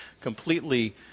completely